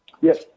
Yes